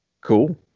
Cool